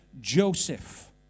Joseph